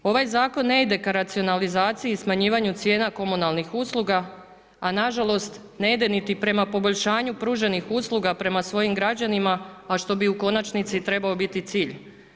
Ovaj zakon ne ide ka racionalizaciji i smanjivanju cijena komunalnih usluga, a na žalost ne ide niti prema poboljšanju pruženih usluga prema svojim građanima, a što mi u konačnici trebao biti cilj.